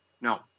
No